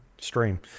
Stream